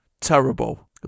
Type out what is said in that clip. Terrible